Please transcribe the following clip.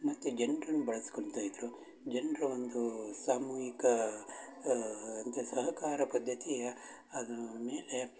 ಮತ್ತು ಜನ್ರನ್ನು ಬಳಸ್ಕೊತ ಇದ್ದರು ಜನರ ಒಂದು ಸಾಮೂಹಿಕಾ ಅಂತೆ ಸಹಕಾರ ಪದ್ದತಿಯ ಅದ್ರ ಮೇಲೆ